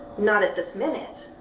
not at this minute.